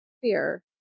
fear